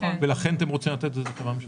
לכן אתם רוצים לתת את זה לחברה ממשלתית.